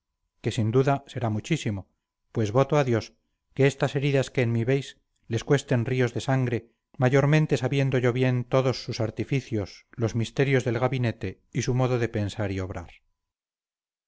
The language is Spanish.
que sin duda será muchísimo pues voto a dios que estas heridas que en mí veis les cuesten ríos de sangre mayormente sabiendo yo bien todos sus artificios los misterios del gabinete y su modo de pensar y obrar